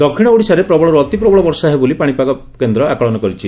ଦକ୍ଷିଣ ଓଡ଼ିଶାରେ ପ୍ରବଳରୁ ଅତି ପ୍ରବଳ ବର୍ଷା ହେବ ବୋଲି ପାଣିପାଗ କେନ୍ ଆକଳନ କରିଛି